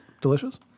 delicious